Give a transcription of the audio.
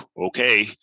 okay